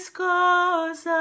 cause